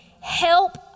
Help